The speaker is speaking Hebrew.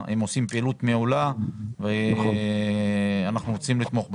הם עושים פעילות מעולה ואנחנו רוצים לתמוך בהם.